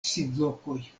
sidlokoj